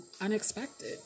unexpected